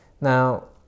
Now